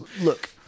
look